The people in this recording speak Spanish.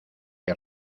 que